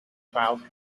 child